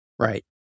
right